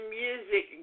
music